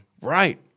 Right